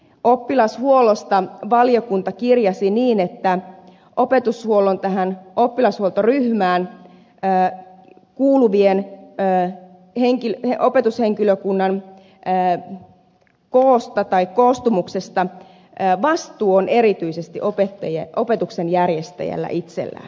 oppilashuollosta valiokunta kirjasi niin että opetushuollon tähän oppilashuoltoryhmään kuuluvan opetushenkilökunnan koosta tai koostumuksesta vastuu on erityisesti opetuksen järjestäjällä itsellään